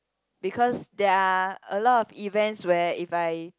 because there are a lot of events where if I